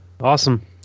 awesome